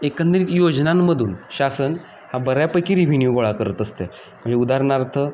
एकंदरीत योजनांमधून शासन हा बऱ्यापैकी रिव्हिन्यू गोळा करत असते म्हणजे उदाहरणार्थ